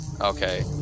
Okay